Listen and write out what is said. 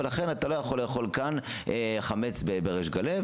ולכן אתה לא יכול לאכול כאן חמץ בריש גלי.